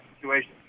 situation